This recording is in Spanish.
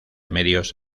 medios